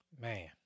Man